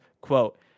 quote